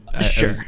sure